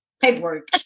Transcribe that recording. paperwork